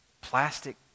plastic